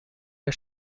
der